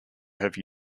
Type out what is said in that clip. have